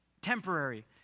temporary